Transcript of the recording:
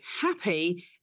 happy